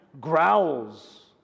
growls